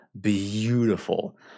beautiful